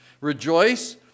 Rejoice